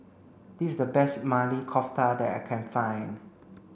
this is the best Maili Kofta that I can find